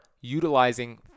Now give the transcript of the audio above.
utilizing